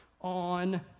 on